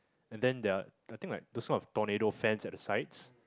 and then there are I think like those kind of tornados fans at the sides